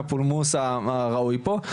וזה מצוין וחלק מהפולמוס הראוי שיהיה פה.